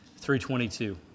322